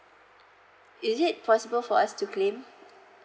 is it possible for us to claim